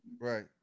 Right